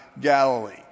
Galilee